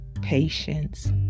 Patience